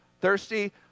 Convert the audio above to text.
thirsty